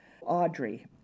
Audrey